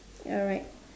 alright